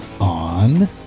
on